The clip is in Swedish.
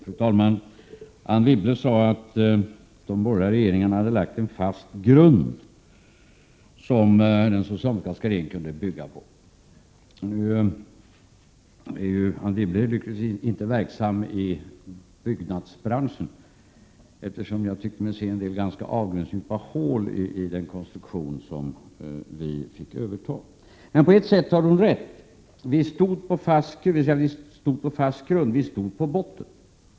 Fru talman! Anne Wibble sade att de borgerliga regeringarna hade lagt en fast grund, som den socialdemokratiska regeringen kunde bygga på. Anne Wibble är lyckligtvis inte verksam i byggnadsbranschen. Det fanns nämligen en del avgrundsdjupa hål i den konstruktion som vi fick överta. Men på sätt och vis har hon rätt i att vi stod på fast grund: Vi stod på bottnen.